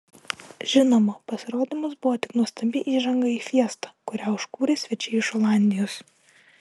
žinoma pasirodymas buvo tik nuostabi įžanga į fiestą kurią užkūrė svečiai iš olandijos